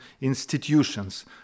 institutions